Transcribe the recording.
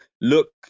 look